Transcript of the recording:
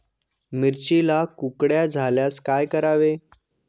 मिरचीला कुकड्या झाल्यास काय करावे?